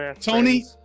Tony